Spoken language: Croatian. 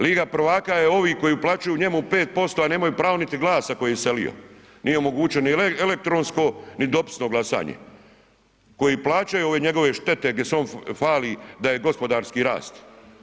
Liga prvaka je ovi koji uplaćuju njemu 5%, a nemaju pravo niti glasa koje je iselio, nije ni omogućio ni elektronsko, ni dopisno glasanje, koji plaćaju ove njegove štete gdje se on hvali da je gospodarski rast.